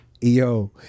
yo